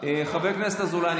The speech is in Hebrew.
חבר הכנסת אזולאי,